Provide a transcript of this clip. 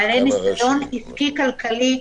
בעלי ניסיון עסקי כלכלי,